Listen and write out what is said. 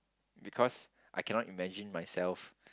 because I cannot imagine myself